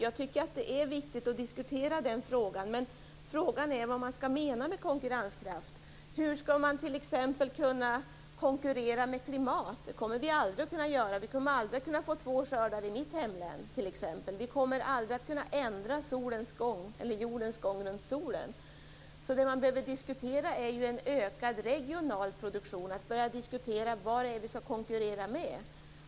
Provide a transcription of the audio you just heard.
Jag tycker att det är viktigt att diskutera den frågan, men frågan är vad man menar med konkurrenskraft. Hur skall man t.ex. kunna konkurrera med klimat? Det kommer vi aldrig att kunna göra. Vi kommer aldrig att kunna få två skördar i t.ex. mitt hemlän. Vi kommer aldrig att kunna ändra jordens gång runt solen. Det man behöver diskutera är en ökad regional produktion, att börja diskutera vad det är vi skall konkurrera med.